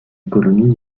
colonie